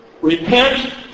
Repent